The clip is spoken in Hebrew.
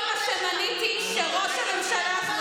תודה רבה על האישור שלכל מה שמניתי ראש הממשלה אחראי.